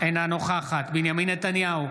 אינה נוכחת בנימין נתניהו,